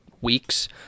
weeks